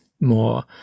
more